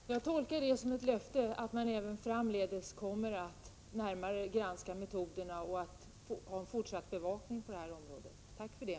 Herr talman! Jag tolkar detta som ett löfte om att man även framdeles kommer att granska metoderna närmare och att man kommer att ha en fortsatt bevakning på detta område. Tack för det!